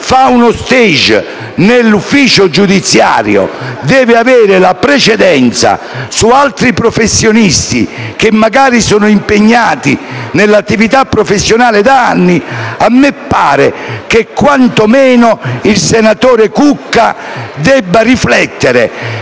fa uno *stage* nell'ufficio giudiziario, debba avere la precedenza su altri professionisti, che magari sono impegnati in attività professionale da anni. A me pare che, quantomeno, il senatore Cucca debba riflettere